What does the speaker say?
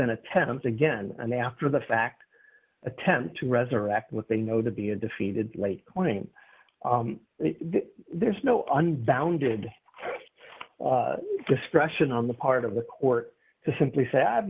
an attempt again and after the fact attempts to resurrect what they know to be a defeated late morning there's no uninvented discretion on the part of the court to simply say i've